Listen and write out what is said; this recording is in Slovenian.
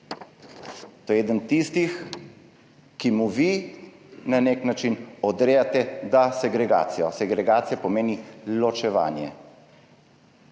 To je eden tistih, ki mu vi na nek način odrejate, da, segregacijo. Segregacija pomeni ločevanje.